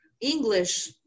English